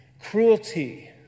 cruelty